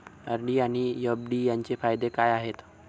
RD आणि FD यांचे फायदे काय आहेत?